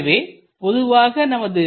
எனவே பொதுவாக நமது